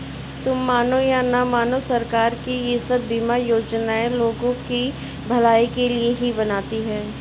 तुम मानो या न मानो, सरकार ये सब बीमा योजनाएं लोगों की भलाई के लिए ही बनाती है